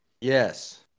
Yes